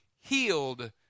healed